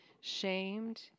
shamed